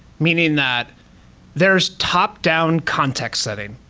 meaning that there's top-down context setting,